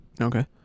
Okay